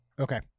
Okay